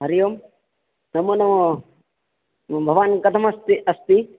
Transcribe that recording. हरिः ओं नमोनमः भवान् कथमस्ति अस्ति